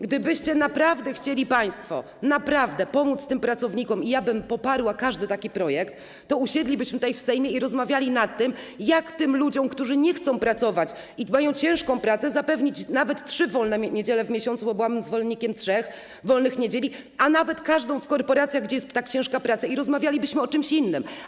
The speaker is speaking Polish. Gdybyście naprawdę chcieli państwo pomóc tym pracownikom - i ja bym poparła każdy taki projekt - to usiedlibyśmy tutaj w Sejmie i rozmawialibyśmy o tym, jak tym ludziom, którzy nie chcą pracować w niedziele i mają ciężką pracę, zapewnić nawet trzy wolne niedziele w miesiącu, bo byłam zwolennikiem trzech wolnych niedziel, a nawet każdą w korporacjach, gdzie jest tak ciężka praca, i rozmawialibyśmy o czymś innym.